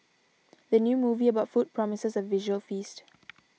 the new movie about food promises a visual feast